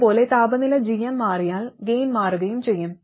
അതുപോലെ താപനില gm മാറിയാൽ ഗൈൻ മാറുകയും ചെയ്യും